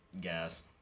Gas